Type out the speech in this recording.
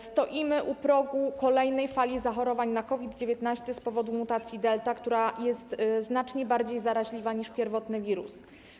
Stoimy u progu kolejnej fali zachorowań na COVID-19 z powodu mutacji Delta, która jest znacznie bardziej zaraźliwa niż pierwotny wirus.